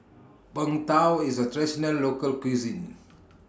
Png Tao IS A Traditional Local Cuisine